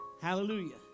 Hallelujah